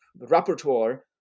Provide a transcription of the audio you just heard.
repertoire